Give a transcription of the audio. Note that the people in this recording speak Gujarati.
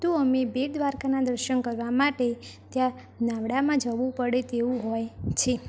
તો અમે બેટ દ્વારકાના દર્શન કરવા માટે ત્યાં નાવડામાં જવું પડે તેવું હોય છે